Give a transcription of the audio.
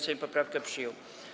Sejm poprawkę przyjął.